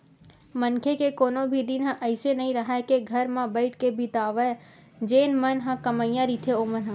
मनखे के कोनो भी दिन ह अइसे नइ राहय के घर म बइठ के बितावय जेन मन ह कमइया रहिथे ओमन ह